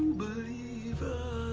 believer